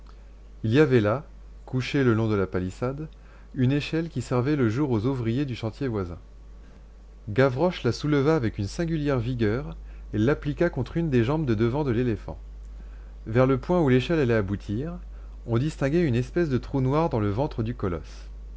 il y avait là couchée le long de la palissade une échelle qui servait le jour aux ouvriers du chantier voisin gavroche la souleva avec une singulière vigueur et l'appliqua contre une des jambes de devant de l'éléphant vers le point où l'échelle allait aboutir on distinguait une espèce de trou noir dans le ventre du colosse